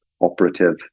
Operative